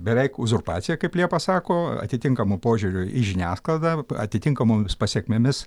beveik uzurpacija kaip liepa sako atitinkamu požiūriu į žiniasklaidą atitinkamomis pasekmėmis